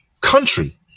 country